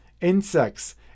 insects